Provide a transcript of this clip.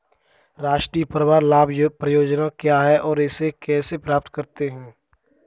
राष्ट्रीय परिवार लाभ परियोजना क्या है और इसे कैसे प्राप्त करते हैं?